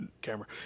camera